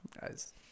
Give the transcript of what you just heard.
guys